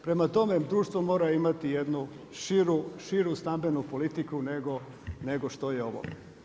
Prema tome, društvo mora imati jednu širu stambenu politiku nego što je ovo.